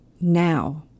now